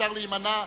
אפשר להימנע,